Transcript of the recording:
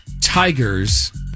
tigers